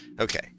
Okay